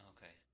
Okay